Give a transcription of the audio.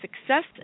success